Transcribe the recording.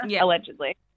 allegedly